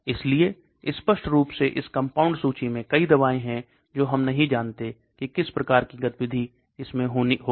इसलिए स्पष्ट रूप से इस कंपाउंड सूची में कई दवाएं हैं जो हम नहीं जानते कि किस प्रकार की गतिविधि इसमें होगी